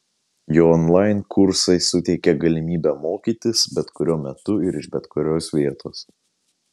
jo onlain kursai suteikė galimybę mokytis bet kuriuo metu ir iš bet kurios vietos